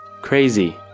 Crazy